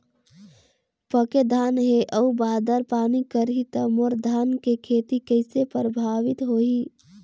पके धान हे अउ बादर पानी करही त मोर धान के खेती कइसे प्रभावित होही?